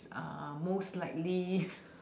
uh most likely